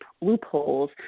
loopholes